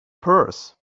purse